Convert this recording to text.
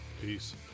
peace